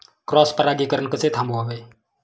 Cross परागीकरण कसे थांबवावे?